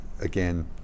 again